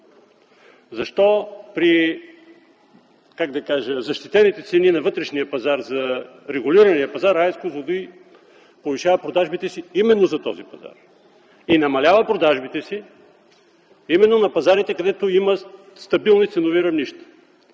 да кажа, защитените цени на вътрешния пазар, за регулирания пазар, АЕЦ „Козлодуй” повишава продажбите си именно за този пазар и намалява продажбите си именно на пазарите, където има стабилни ценови равнища?